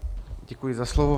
Děkuji za slovo.